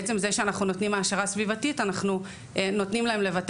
בעצם זה שאנחנו נותנים להם העשרה סביבתית אנחנו נותנים להם לבטא